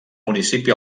municipi